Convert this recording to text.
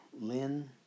Lynn